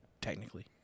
technically